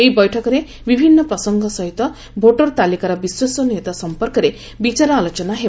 ଏହି ବୈଠକରେ ବିଭିନ୍ନ ପ୍ରସଙ୍ଗ ସହିତ ଭୋଟର ତାଲିକାର ବିଶ୍ୱସନୀୟତା ସମ୍ପର୍କରେ ବିଚାର ଆଲୋଚନା ହେବ